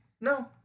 No